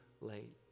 late